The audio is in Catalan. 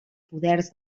poders